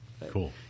Cool